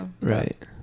right